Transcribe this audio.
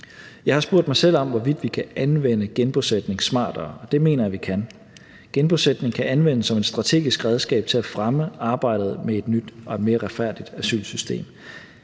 Jeg har spurgt mig selv om, hvorvidt vi kan anvende genbosætning smartere, og det mener jeg vi kan. Genbosætning kan anvendes som et strategisk redskab til at fremme arbejdet med et nyt og mere retfærdigt asylsystem.